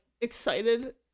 excited